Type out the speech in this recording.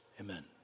Amen